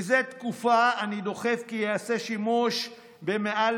מזה תקופה אני דוחף כי ייעשה שימוש במעל